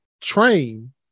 train